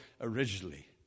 originally